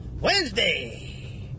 wednesday